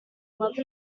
love